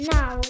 Now